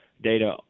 data